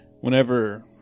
Whenever